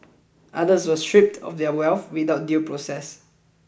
others were stripped of their wealth without due process